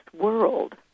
world